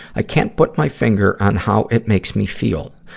i can't put my finger on how it makes me feel.